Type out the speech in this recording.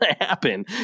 happen